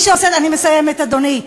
אני מסיימת, אדוני.